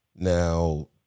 Now